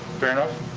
fair enough?